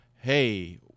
hey